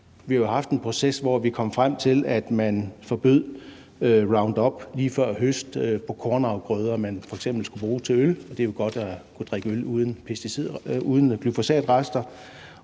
vi har jo haft en proces, hvor vi kom frem til, at man forbød Roundup lige før høst på kornafgrøder, man f.eks. skulle bruge til øl, og det er jo godt at kunne drikke øl uden glyphosatrester,